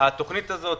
התוכנית הזו,